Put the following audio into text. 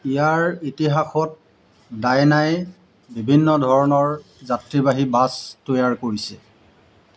ইয়াৰ ইতিহাসত ডাইনাই বিভিন্ন ধৰণৰ যাত্ৰীবাহী বাছ তৈয়াৰ কৰিছে